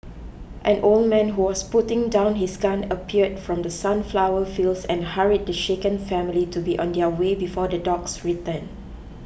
an old man who was putting down his gun appeared from the sunflower fields and hurried the shaken family to be on their way before the dogs return